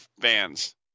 bands